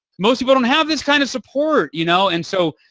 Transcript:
most people don't have this kind of support. you know and so,